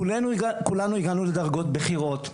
כולנו הגענו לדרגות בכירות.